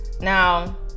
Now